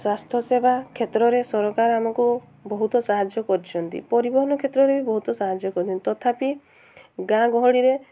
ସ୍ୱାସ୍ଥ୍ୟ ସେବା କ୍ଷେତ୍ରରେ ସରକାର ଆମକୁ ବହୁତ ସାହାଯ୍ୟ କରିଛନ୍ତି ପରିବହନ କ୍ଷେତ୍ରରେ ବି ବହୁତ ସାହାଯ୍ୟ କରୁଛନ୍ତି ତଥାପି ଗାଁ ଗହଳିରେ